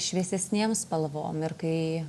šviesesnėm spalvom ir kai